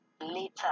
Later